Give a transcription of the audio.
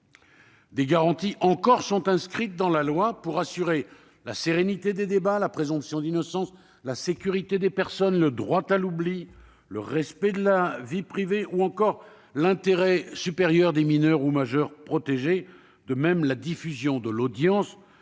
garanties figurent encore dans la loi pour assurer la sérénité des débats, la présomption d'innocence, la sécurité des personnes, le droit à l'oubli, le respect de la vie privée, ou encore l'intérêt supérieur des mineurs ou des majeurs protégés. De même, la diffusion de l'audience